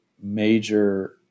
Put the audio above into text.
major